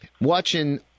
Watching